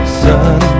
sun